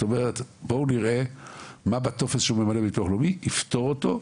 בואו נראה מה בטופס של ביטול לאומי יפטור אותו מהאחרים,